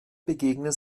begegnen